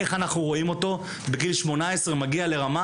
איך אנחנו רואים אותו בגיל 18 מגיע לרמה